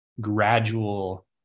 gradual